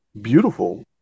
Beautiful